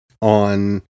on